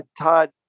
Todd